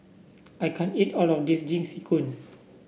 I can't eat all of this Jingisukan